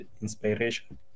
inspiration